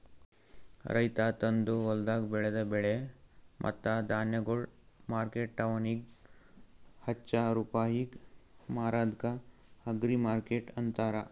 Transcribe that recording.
ರೈತ ತಂದು ಹೊಲ್ದಾಗ್ ಬೆಳದ ಬೆಳೆ ಮತ್ತ ಧಾನ್ಯಗೊಳ್ ಮಾರ್ಕೆಟ್ದವನಿಗ್ ಹಚ್ಚಾ ರೂಪಾಯಿಗ್ ಮಾರದ್ಕ ಅಗ್ರಿಮಾರ್ಕೆಟ್ ಅಂತಾರ